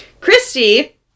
Christy